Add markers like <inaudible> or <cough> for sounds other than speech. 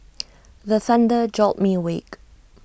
<noise> the thunder jolt me awake